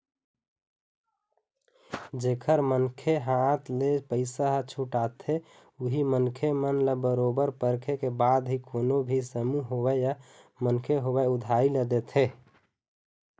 जेखर मन के हाथ ले पइसा ह छूटाथे उही मनखे मन ल बरोबर परखे के बाद ही कोनो भी समूह होवय या मनखे होवय उधारी ल देथे